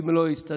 אם לא יסתדר,